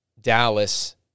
Dallas